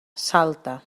salta